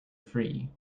free